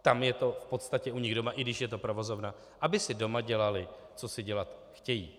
tam je to v podstatě u nich doma, i když je to provozovna, aby si doma dělali, co si dělat chtějí.